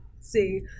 see